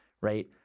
Right